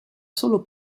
solo